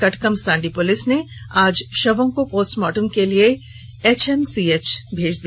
Katkamsandi police ने आज शवों को पोस्टमार्टम के लिए एचएमसीएच भेज दिया